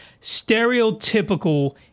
stereotypical